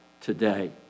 today